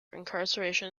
incarceration